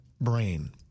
brain